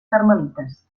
carmelites